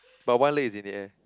but one lay is in the air